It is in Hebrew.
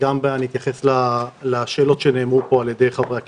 וגם אתייחס לשאלות שנשאלו על ידי חברי הכנסת.